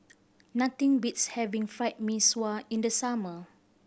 nothing beats having Fried Mee Sua in the summer